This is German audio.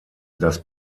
das